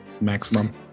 maximum